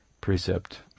precept